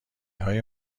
های